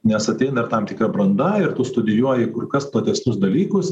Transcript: nes ateina ir tam tikra branda ir tu studijuoji kur kas platesnius dalykus